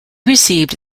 received